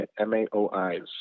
MAOIs